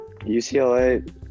UCLA